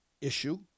issue